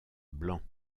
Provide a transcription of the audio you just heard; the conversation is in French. blancs